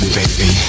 baby